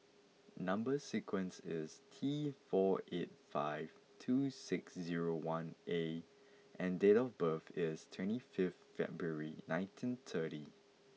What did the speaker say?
number sequence is T four eight five two six zero one A and date of birth is twenty fifth February nineteen thirty